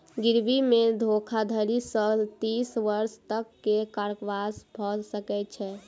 गिरवी मे धोखाधड़ी सॅ तीस वर्ष तक के कारावास भ सकै छै